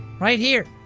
right here.